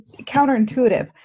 Counterintuitive